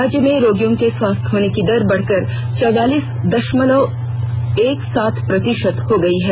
राज्य में रोगियों के स्वस्थ होने की दर बढ़कर चौवालीस दशमलव एक सात प्रतिशत हो गई है